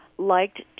liked